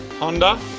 honda